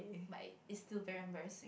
but is still very embarrass